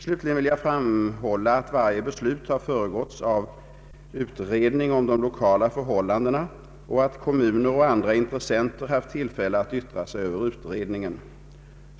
Slutligen vill jag framhålla att varje beslut har föregåtts av utredning om de lokala förhållandena och att kommuner och andra intressenter haft tillfälle att yttra sig över utredningen.